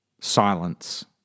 Silence